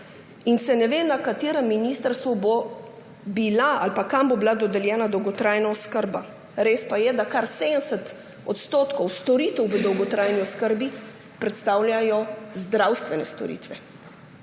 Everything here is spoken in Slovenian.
in se ne ve, na katerem ministrstvu bo ali kam bo dodeljena dolgotrajna oskrba. Res pa je, da kar 70 % storitev v dolgotrajni oskrbi predstavljajo zdravstvene storitve,